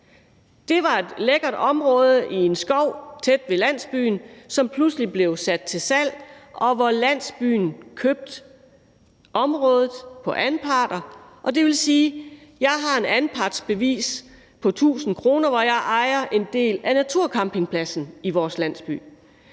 Det var et lækkert område i en skov tæt ved landsbyen, som pludselig blev sat til salg, og landsbyen købte så området på anparter, og det vil sige, at jeg har et anpartsbevis på 1.000 kr. og ejer dermed en del af naturcampingpladsen i vores landsby.